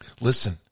Listen